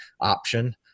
option